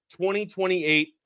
2028